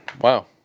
wow